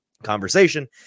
conversation